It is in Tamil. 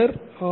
தொடர் ஆர்